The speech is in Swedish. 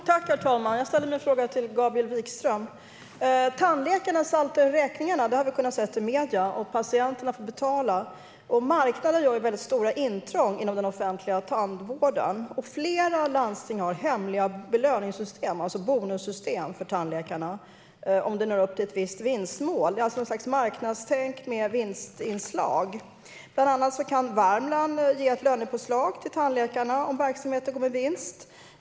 Herr talman! Jag ställer min fråga till Gabriel Wikström. Tandläkarna saltar räkningarna, det har vi sett i medierna, och patienterna får betala. Marknaden gör väldigt stora intrång inom den offentliga tandvården. Flera landsting har hemliga belöningssystem, alltså bonussystem för tandläkarna, om de når upp till ett visst vinstmål. Det är alltså ett slags marknadstänk med vinstinslag. Bland annat kan Värmland ge ett lönepåslag till tandläkarna om verksamheten går med vinst.